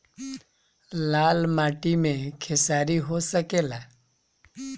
लाल माटी मे खेसारी हो सकेला?